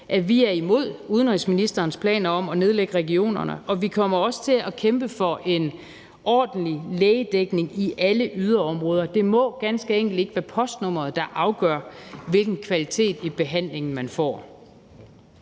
at vi er imod udenrigsministerens planer om at nedlægge regionerne. Og vi kommer også til at kæmpe for en ordentlig lægedækning i alle yderområder. Det må ganske enkelt ikke være postnummeret, der afgør, hvilken kvalitet i behandlingen man får.